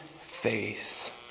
faith